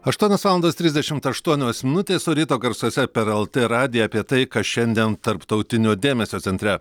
aštuonios valandos trisdešimt aštuonios minutės o ryto garsuose per lt radiją apie tai kas šiandien tarptautinio dėmesio centre